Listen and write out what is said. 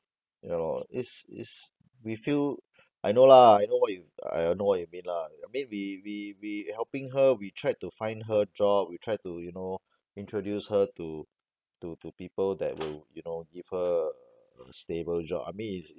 you know it's it's we feel I know lah I know what you I I know what you mean lah I mean we we we helping her we tried to find her jobs we tried to you know introduce her to to to people that will you know give her a stable job I mean it's